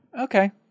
Okay